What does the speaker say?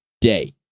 day